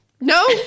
no